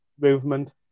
movement